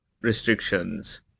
restrictions